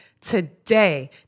today